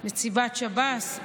נציבת שב"ס,